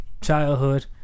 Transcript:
childhood